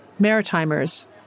Maritimers